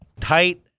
tight